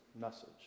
message